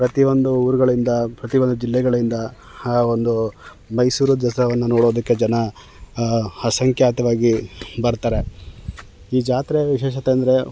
ಪ್ರತಿಯೊಂದು ಊರುಗಳಿಂದ ಪ್ರತಿಯೊಂದು ಜಿಲ್ಲೆಗಳಿಂದ ಆ ಒಂದು ಮೈಸೂರು ದಸರಾವನ್ನು ನೋಡೋದಕ್ಕೆ ಜನ ಅಸಂಖ್ಯಾತವಾಗಿ ಬರ್ತಾರೆ ಈ ಜಾತ್ರೆಯ ವಿಶೇಷತೆ ಅಂದರೆ